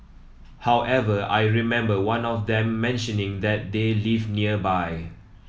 however I remember one of them mentioning that they live nearby